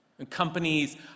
Companies